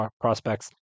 prospects